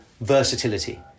versatility